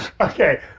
Okay